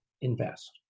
invest